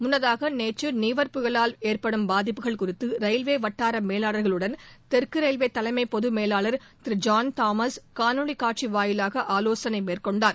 முன்னதாக நேற்று நிவர் புயவால் ஏற்படும் பாதிப்புகள் குறித்து ரயில்வே வட்டார மேலாளர்களுடன் தெற்கு ரயில்வே தலைமை பொதுமேலாளர் திரு ஜான் தாமஸ் காணொலி காட்சி வாயிலாக ஆலோசனை மேற்கொண்டார்